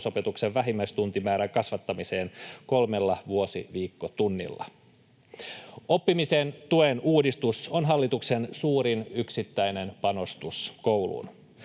perusopetuksen vähimmäistuntimäärän kasvattamiseen kolmella vuosiviikkotunnilla. Oppimisen tuen uudistus on hallituksen suurin yksittäinen panostus kouluun.